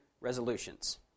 resolutions